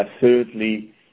thirdly